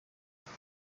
muri